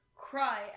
Cry